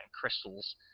crystals